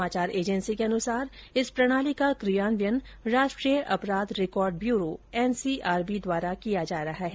समाचार एजेंसी के अनुसार इस प्रणाली का क्रियान्वयन राष्ट्रीय अपराध रिकार्ड ब्यूरो एनसीआरबी द्वारा किया जा रहा है